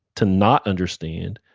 to not understand,